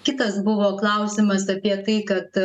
kitas buvo klausimas apie tai kad